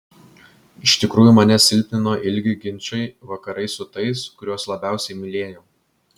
iš tikrųjų mane silpnino ilgi ginčai vakarais su tais kuriuos labiausiai mylėjau